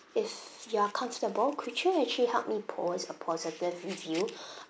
if you are comfortable could you actually helped me post a positive review